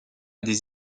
des